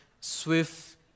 Swift